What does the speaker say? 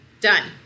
Done